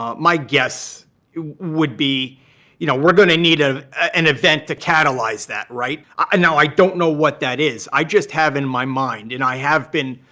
um my guess would be you know we're going to need ah an event to catalyze that, right? now, i don't know what that is. i just have in my mind and i have been